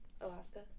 alaska